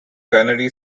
gunnery